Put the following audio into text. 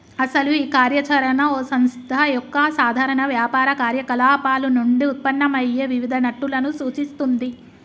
అసలు ఈ కార్య చరణ ఓ సంస్థ యొక్క సాధారణ వ్యాపార కార్యకలాపాలు నుండి ఉత్పన్నమయ్యే వివిధ నట్టులను సూచిస్తుంది